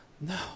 No